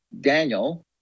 Daniel